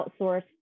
outsource